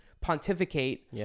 pontificate